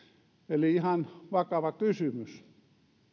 eli ihan vakava kysymys